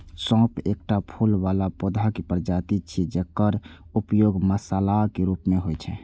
सौंफ एकटा फूल बला पौधाक प्रजाति छियै, जकर उपयोग मसालाक रूप मे होइ छै